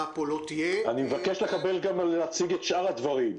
אני מבקש להציג גם את שאר הדברים.